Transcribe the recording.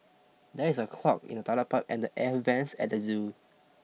there is a clog in the toilet pipe and the air vents at the zoo